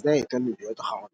ממייסדי העיתון "ידיעות אחרונות".